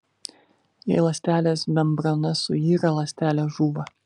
jei ląstelės membrana suyra ląstelė žūva